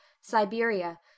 siberia